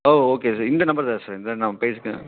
ஆ okay sir இந்த number தான் sir இதுதான் நாம பேசிட்டு